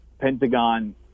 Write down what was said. pentagon